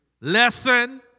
Lesson